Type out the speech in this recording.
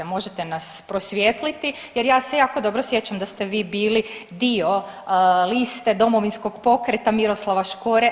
Možete nas prosvijetliti, jer ja se jako dobro sjećam da ste vi bili dio liste Domovinskog pokreta Miroslava Škore.